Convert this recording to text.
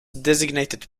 designated